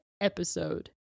episode